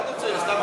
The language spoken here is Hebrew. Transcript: מה אתה צריך, ?